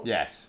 Yes